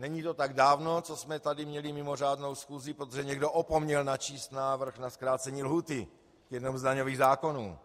Není to tak dávno, co jsme tady měli mimořádnou schůzi, protože někdo opomněl načíst návrh na zkrácení lhůty k jednomu z daňových zákonů.